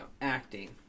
acting